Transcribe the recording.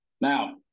now